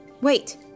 Wait